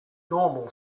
normal